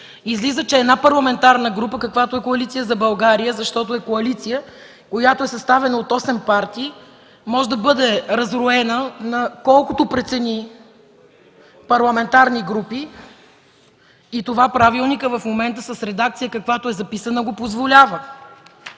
излиза, че една парламентарна група, каквато е Коалиция за България, защото е коалиция, която е съставена от осем партии, може да бъде раздвоена на колкото прецени парламентарни групи и това правилникът в момента с редакция, каквато е записана, го позволява.